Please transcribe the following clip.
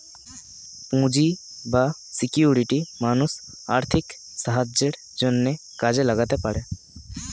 পুঁজি বা সিকিউরিটি মানুষ আর্থিক সাহায্যের জন্যে কাজে লাগাতে পারে